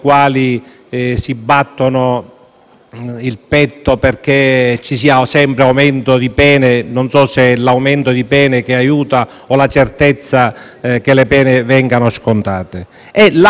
il petto perché ci sia sempre un aumento di pene: non so infatti se è l'aumento di pene che aiuta, o la certezza che le pene vengano scontate. Un'ulteriore novità è